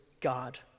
God